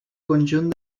conjunt